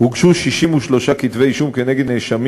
הוגשו 63 כתבי-אישום כנגד נאשמים